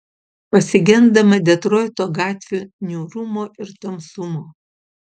pasigendama detroito gatvių niūrumo ir tamsumo